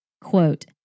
Quote